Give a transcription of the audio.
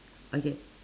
okay